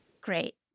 Great